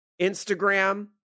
Instagram